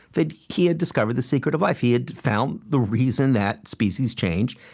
that he had discovered the secret of life. he had found the reason that species change.